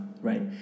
right